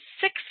six